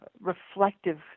reflective